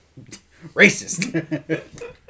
Racist